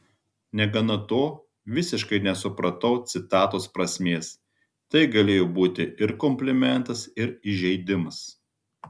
negana to visiškai nesupratau citatos prasmės tai galėjo būti ir komplimentas ir įžeidimas